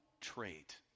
trait